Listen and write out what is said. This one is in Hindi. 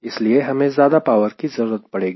इसलिए हमें ज्यादा पावर की जरूरत पड़ेगी